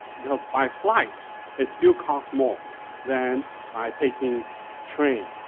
because by flight it still costs more than by taking train.